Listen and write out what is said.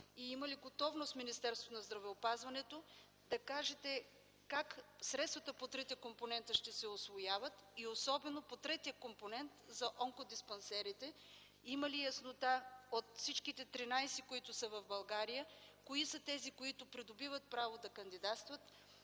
има ли готовност Министерството на здравеопазването да каже как средствата по трите компонента ще се усвояват и особено по третия компонент за онкодиспансерите? Има ли яснота от всичките 13, които са в България, кои са тези, които придобиват право да кандидатстват?